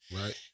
Right